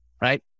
right